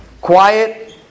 Quiet